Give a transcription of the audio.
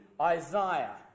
Isaiah